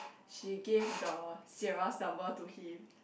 she gave the Siera's number to him